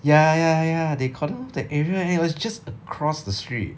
ya ya ya they cordon off the area and it was just across the street